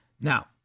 now